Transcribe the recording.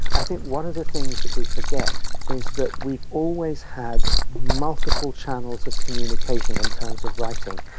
i think one of the things that we forget is that we've always had multiple channels of communication in terms of writing.